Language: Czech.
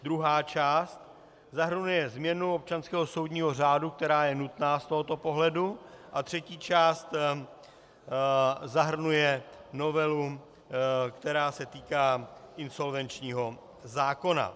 Druhá část zahrnuje změnu občanského soudního řádu, která je nutná z tohoto pohledu, a třetí část zahrnuje novelu, která se týká insolvenčního zákona.